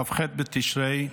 כ"ח בתשרי,